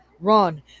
Run